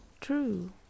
true